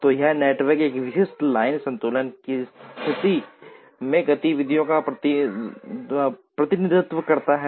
तो यह नेटवर्क एक विशिष्ट लाइन संतुलन की स्थिति में गतिविधियों का प्रतिनिधित्व करता है